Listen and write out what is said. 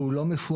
והוא לא מפוענח,